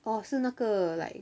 哦是那个 like